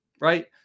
right